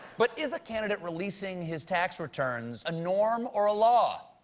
but is a candidate releasing his tax returnaise ah norm or a law?